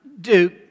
Duke